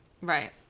right